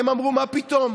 הם אמרו: מה פתאום?